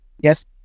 Yes